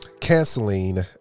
canceling